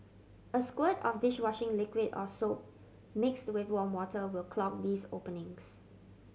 a squirt of dish washing liquid or soap mixed with warm water will clog these openings